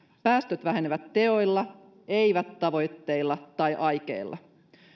päästöt vähenevät teoilla eivät tavoitteilla tai aikeilla